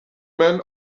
man